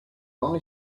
only